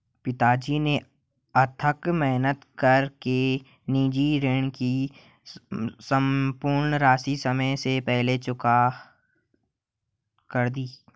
पिताजी ने अथक मेहनत कर के निजी ऋण की सम्पूर्ण राशि समय से पहले चुकता कर दी